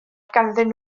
ganddyn